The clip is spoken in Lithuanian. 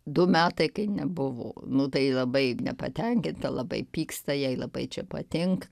du metai kai nebuvo nu tai labai nepatenkinta labai pyksta jai labai čia patinka